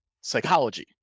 psychology